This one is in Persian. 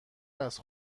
است